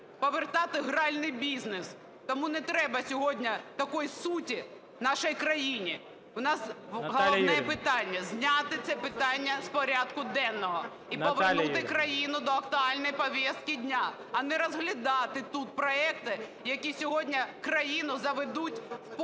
повертати гральний бізнес. Тому не треба сьогодні такої суті нашій країні. У нас головне питання – зняти це питання з порядку денного і повернути країну до актуальної повестки дня, а не розглядати тут проекти, які сьогодні країну заведуть в повний